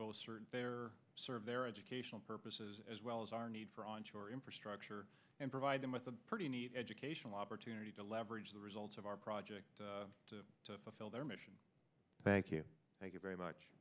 both serve their educational purposes as well as our need for onshore infrastructure and provide them with a pretty neat educational opportunity to leverage the results of our project to fulfill their mission thank you thank you very much